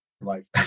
life